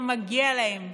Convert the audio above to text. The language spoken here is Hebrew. שמגיע להם.